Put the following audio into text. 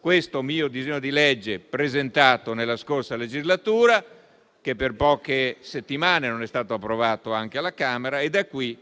questo mio disegno di legge, presentato nella scorsa legislatura, che per poche settimane non è stato approvato anche alla Camera; da qui